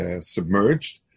submerged